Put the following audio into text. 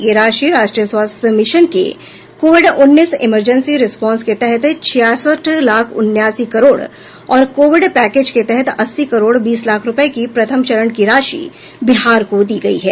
यह राशि राष्ट्रीय स्वास्थ्य मिशन के कोविड उन्नीस इमरजेंसी रिस्पांस के तहत छियासठ लाख उनासी करोड़ और कोविड पैकेज के तहत अस्सी करोड़ बीस लाख रूपये की प्रथम चरण की राशि बिहार को दी गयी है